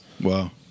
wow